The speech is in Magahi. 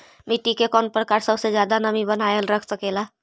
मिट्टी के कौन प्रकार सबसे जादा नमी बनाएल रख सकेला?